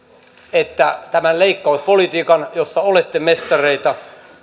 että te olette valinneet tämän leikkauspolitiikan jossa olette mestareita